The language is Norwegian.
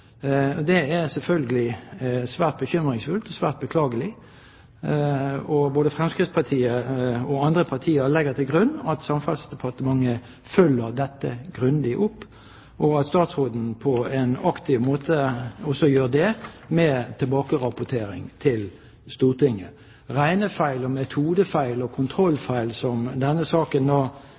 for. Det er selvfølgelig svært bekymringsfullt, svært beklagelig. Både Fremskrittspartiet og andre partier legger til grunn at Samferdselsdepartementet følger dette grundig opp, og at statsråden på en aktiv måte også gjør det med tilbakerapportering til Stortinget. Regnefeil, metodefeil og kontrollfeil som denne saken